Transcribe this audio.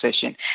session